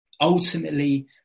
ultimately